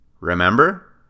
Remember